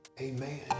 amen